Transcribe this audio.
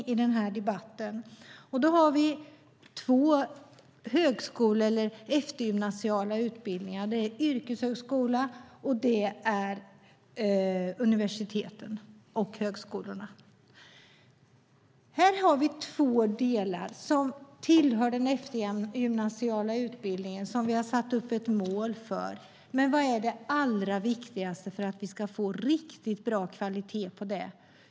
Vi har två eftergymnasiala utbildningar: yrkeshögskola och universitet och högskolor. Här har vi två delar som tillhör den eftergymnasiala utbildningen och som vi har satt upp ett mål för. Man vad är det allra viktigaste för att vi ska få bra kvalitet i dessa utbildningar?